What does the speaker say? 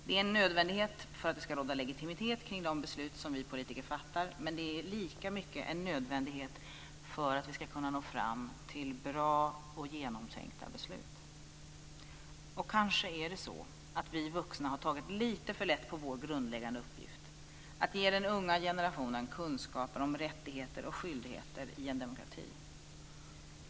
Det är en nödvändighet för att det ska råda legitimitet kring de beslut som vi politiker fattar. Men det är lika mycket en nödvändighet för att vi ska kunna nå fram till bra och genomtänkta beslut. Kanske är det så att vi vuxna har tagit lite för lätt på vår grundläggande uppgift - att ge den unga generationen kunskaper om rättigheter och skyldigheter i en demokrati.